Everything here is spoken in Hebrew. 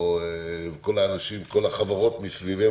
או כל החברות מסביבנו,